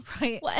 Right